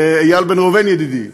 איל בן ראובן ידידי,